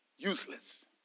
Useless